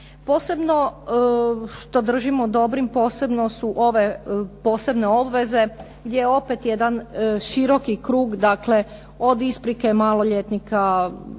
Posebno što držimo dobrim posebno su ove posebne obveze gdje opet jedan široki krug, dakle od isprike maloljetnika